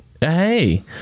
Hey